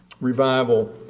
revival